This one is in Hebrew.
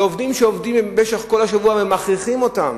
עובדים שעובדים במשך כל השבוע, ומכריחים אותם.